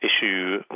issue